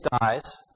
dies